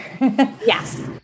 Yes